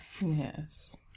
Yes